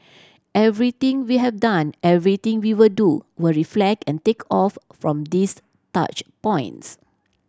everything we have done everything we will do will reflect and take off from these touch points